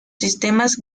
sistemas